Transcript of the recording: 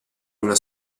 una